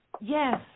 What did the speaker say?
Yes